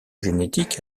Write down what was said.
génétique